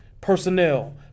Personnel